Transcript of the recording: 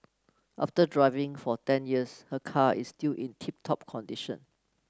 after driving for ten years her car is still in tip top condition